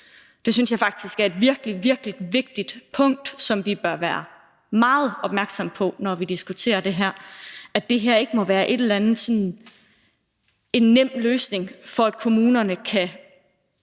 Det synes jeg faktisk er et virkelig vigtigt punkt, som vi bør være meget opmærksomme på, når vi diskuterer det her, nemlig at det her ikke må være en nem løsning for kommunerne,